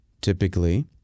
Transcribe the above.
typically